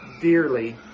dearly